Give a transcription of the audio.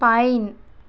pine